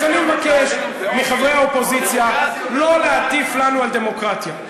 אז אני מבקש מחברי האופוזיציה לא להטיף לנו על דמוקרטיה.